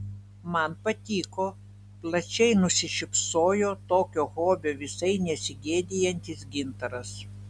man patiko plačiai nusišypsojo tokio hobio visai nesigėdijantis gintaras